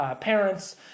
parents